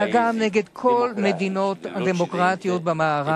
אלא גם על כל מדינות הדמוקרטיות במערב,